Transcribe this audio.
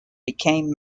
became